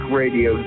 radio